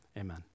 amen